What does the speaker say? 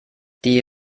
die